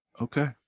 Okay